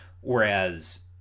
whereas